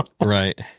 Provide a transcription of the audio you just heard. right